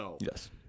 Yes